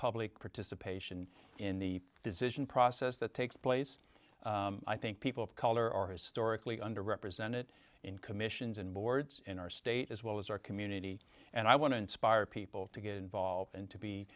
public participation in the decision process that takes place i think people of color are historically under represented in commissions and boards in our state as well as our community and i want to inspire people to get involved and to